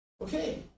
Okay